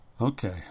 Okay